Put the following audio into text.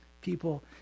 people